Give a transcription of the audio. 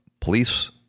police